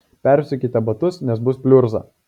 persiaukite batus nes bus pliurza